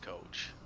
coach